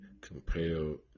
compelled